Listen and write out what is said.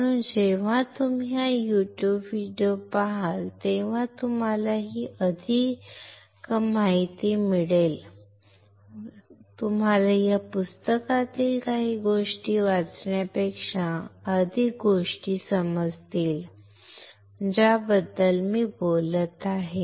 म्हणून जेव्हा तुम्ही हा YouTube व्हिडिओ पहाल तेव्हा तुम्हाला ती माहिती बरोबर ऐकू येईल तुम्हाला या पुस्तकातील काही गोष्टी वाचण्यापेक्षा अधिक गोष्टी समजतील ज्याबद्दल मी बोलत आहे ठीक आहे